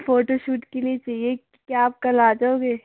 photoshoot के लिए चाहिए क्या आप कल आ जाओगे